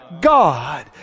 God